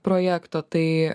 projekto tai